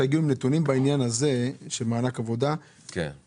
שיבואו עם נתונים בעניין הזה של מענק עבודה ויאמרו